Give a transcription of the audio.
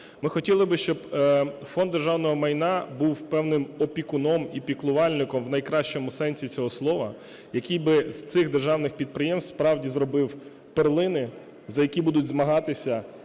Ми хотіли би, щоб Фонд державного майна був певним опікуном і піклувальником в найкращому сенсі цього слова, який би з цих державних підприємств справді зробив перлини, за які будуть змагатися